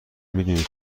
میدونی